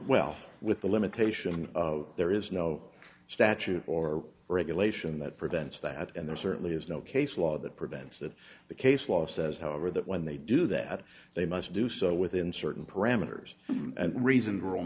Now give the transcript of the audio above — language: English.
well with the limitation of there is no statute or regulation that prevents that and there certainly is no case law that prevents that the case law says however that when they do that they must do so within certain parameters and reason